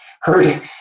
heard